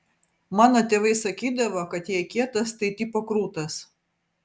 mano tėvai sakydavo kad jei kietas tai tipo krūtas